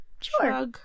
sure